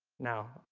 now,